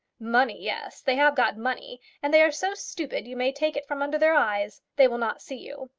money yes. they have got money and they are so stupid, you may take it from under their eyes. they will not see you.